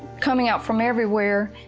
coming out from everywhere.